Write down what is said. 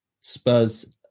Spurs